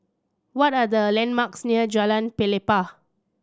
what are the landmarks near Jalan Pelepah